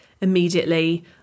immediately